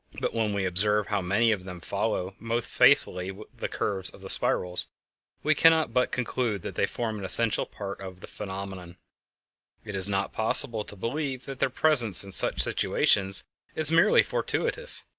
but when we observe how many of them follow most faithfully the curves of the spirals we cannot but conclude that they form an essential part of the phenomenon it is not possible to believe that their presence in such situations is merely fortuitous.